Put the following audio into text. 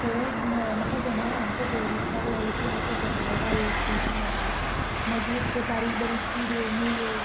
थंय म्हाका जनावरांचो भंय दिसपाक लागलो की आतां जनावरां येयीत बी कांय ना मागीर ते बारीक बारीक किड्यो मुयो